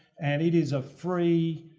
and it is a free,